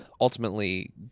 ultimately